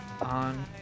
on